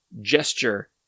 gesture